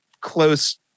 close